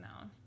now